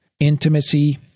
intimacy